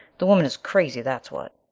the woman is crazy, that's what.